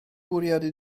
bwriadu